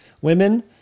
women